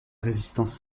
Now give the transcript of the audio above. résistance